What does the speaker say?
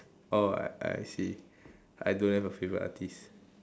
oh I I see I don't have a favorite artiste